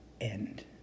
end